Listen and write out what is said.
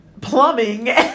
plumbing